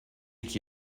que